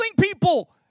people